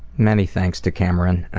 many thanks to cameron.